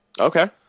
Okay